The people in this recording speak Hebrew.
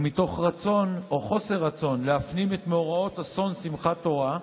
ומתוך רצון או חוסר רצון להפנים את מאורעות אסון שמחת תורה,